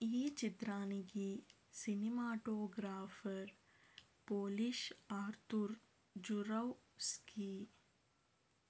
ఈ చిత్రానికి cinematographer Polish Arthur Zurawski